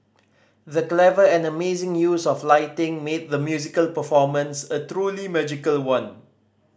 the clever and amazing use of lighting made the musical performance a truly magical one